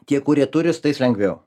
tie kurie turi su tais lengviau